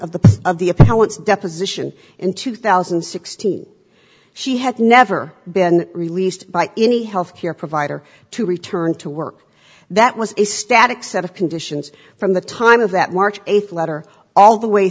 appellant's deposition in two thousand and sixteen she had never been released by any health care provider to return to work that was a static set of conditions from the time of that march eighth letter all the way